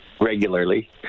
regularly